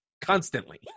Constantly